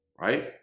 right